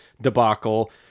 debacle